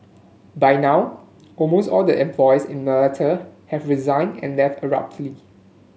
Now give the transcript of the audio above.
by now almost all the employee in Malta have resigned and left abruptly